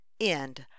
End